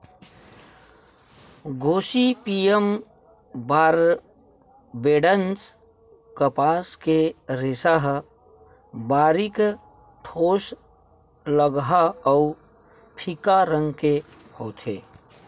Gossypium barbadense कपास के रेसा ह बारीक, ठोसलगहा अउ फीक्का रंग के होथे